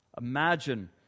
Imagine